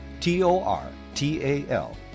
T-O-R-T-A-L